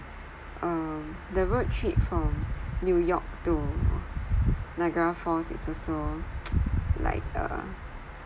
uh the road trip from new york to niagara falls is also like uh